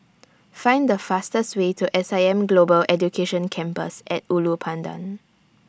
Find The fastest Way to S I M Global Education Campus At Ulu Pandan